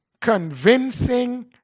convincing